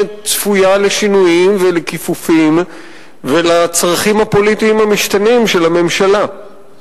צפויה לשינויים ולכיפופים ולצרכים הפוליטיים המשתנים של הממשלה.